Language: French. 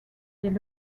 est